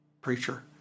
preacher